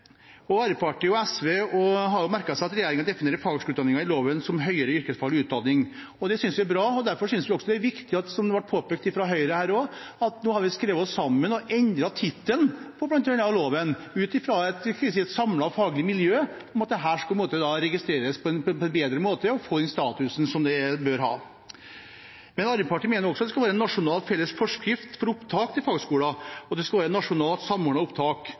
Arbeiderpartiet og SV har merket seg at regjeringen definerer fagskoleutdanningen i loven som «høyere yrkesfaglig utdanning». Det synes vi er bra, og derfor synes vi det er viktig, som det også ble påpekt av Høyre, at vi nå har skrevet oss sammen og endret bl.a. tittelen på loven, etter innspill fra et samlet faglig miljø om at dette bør registreres på en bedre måte og få den statusen det bør ha. Arbeiderpartiet mener også at det skal være en nasjonal, felles forskrift for opptak til fagskoler og et nasjonalt samordnet opptak der det ikke skal være